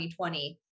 2020